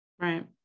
Right